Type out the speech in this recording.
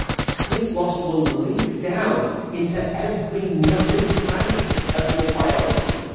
sleep loss will leak down into every nook and cranny of your biology,